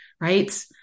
right